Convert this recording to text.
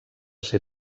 ser